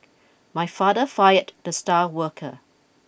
my father fired the star worker